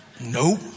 Nope